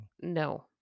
no